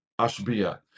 Ashbia